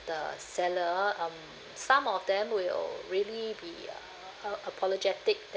the seller um some of them will really be uh uh apologetic that